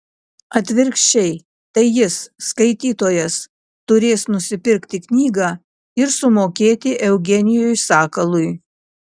atvirkščiai tai jis skaitytojas turės nusipirkti knygą ir sumokėti eugenijui sakalui